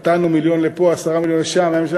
נתנו מיליון לפה, 10 מיליון לשם?